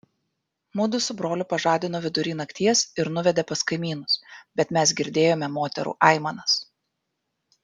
mudu su broliu pažadino vidury nakties ir nuvedė pas kaimynus bet mes girdėjome moterų aimanas